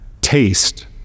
taste